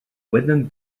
wedyn